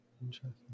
Interesting